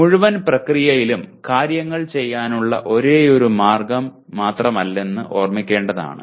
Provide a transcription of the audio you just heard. ഈ മുഴുവൻ പ്രക്രിയയിലും കാര്യങ്ങൾ ചെയ്യാനുള്ള ഒരേയൊരു മാർഗ്ഗം മാത്രമില്ലെന്ന് ഓർമ്മിക്കേണ്ടതാണ്